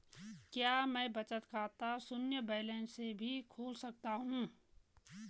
क्या मैं बचत खाता शून्य बैलेंस से भी खोल सकता हूँ?